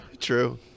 true